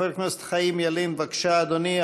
חבר הכנסת חיים ילין, בבקשה, אדוני.